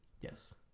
Yes